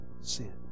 sin